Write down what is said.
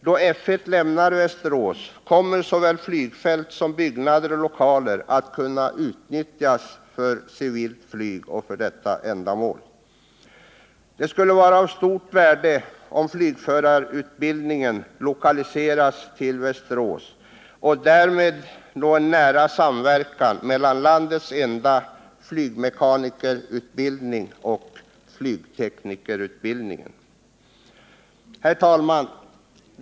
Då F 1 lämnar Västerås, kommer såväl flygfält som byggnader och lokaler att kunna utnyttjas för civilt flyg. Det skulle vara av stort värde om flygförarutbildningen kunde lokaliseras till Västerås och därmed nå en nära samverkan mellan landets enda flygmekanikerutbildning och flygteknikerutbildningen. Herr talman!